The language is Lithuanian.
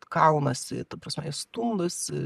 kaunasi ta prasme jis stumdosi